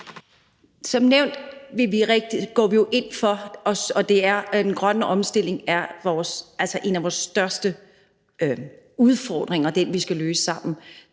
Som nævnt går vi jo ind for det, og den grønne omstilling er en af vores største udfordringer. Det er den, vi skal løse sammen.